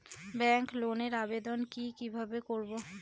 Bank লোনের আবেদন কি কিভাবে করব?